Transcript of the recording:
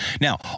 Now